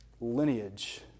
lineage